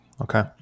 Okay